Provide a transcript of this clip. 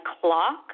clock